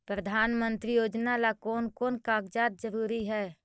प्रधानमंत्री योजना ला कोन कोन कागजात जरूरी है?